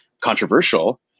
controversial